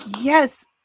Yes